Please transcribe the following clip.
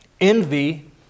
Envy